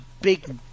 big